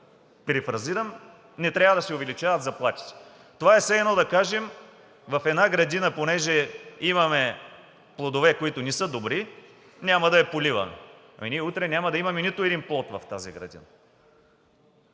перифразирам, не трябва да се увеличават заплатите. Това е все едно да кажем: в една градина, понеже имаме плодове, които не са добри, няма да я поливаме. Ами ние утре няма да имаме нито един плод в градината.